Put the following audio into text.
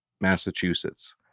Massachusetts